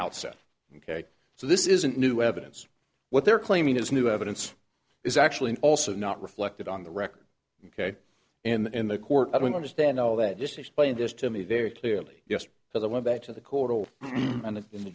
outset ok so this isn't new evidence what they're claiming is new evidence is actually also not reflected on the record ok and in the court i don't understand all that just explained this to me very clearly yes so they went back to the cold and in the